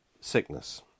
sickness